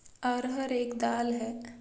अरहर एक दाल है